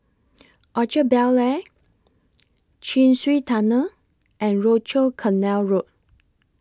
Orchard Bel Air Chin Swee Tunnel and Rochor Canal Road